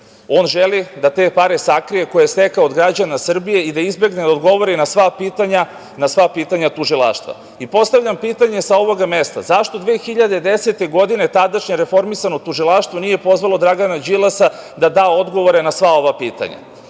on želi da te pare sakrije, koje je stekao od građana Srbije i da izbegne da odgovori na sva pitanja tužilaštva. Postavljam pitanje sa ovog mesta - zašto 2010. godine tadašnje reformisano tužilaštvo nije pozvalo Dragana Đilasa da da odgovore na sva ova